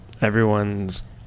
everyone's